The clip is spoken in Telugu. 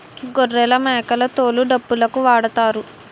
గొర్రెలమేకల తోలు డప్పులుకు వాడుతారు